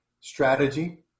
Strategy